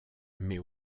mais